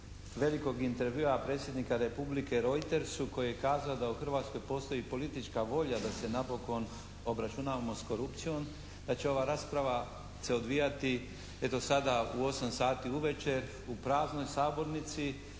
velikog intervjua Predsjednika Republike Reutersu koji je kazao da u Hrvatskoj postoji politička volja da se napokon obračunamo s korupcijom, da će ova rasprava se odvijati eto sada u osam sati uvečer u praznoj sabornici.